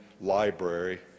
library